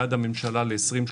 יעד הממשלה ל-2030,